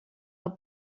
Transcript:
del